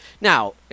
Now